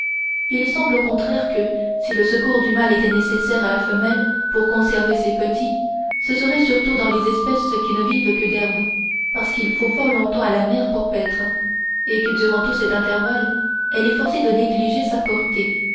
il semble au contraire que si le secours du mâle était nécessaire à la femelle pour conserver ses petits ce serait surtout dans les espèces qui ne vivent que d'herbe parce qu'il faut fort longtemps à la mère pour paître et que durant tout cet intervalle elle est forcée de négliger sa portée